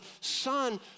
son